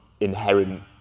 inherent